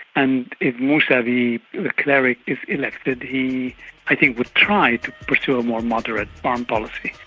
and if mousavi the cleric is elected he i think would try to pursue a more moderate foreign policy,